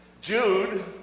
Jude